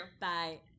Bye